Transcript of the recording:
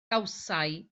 gawsai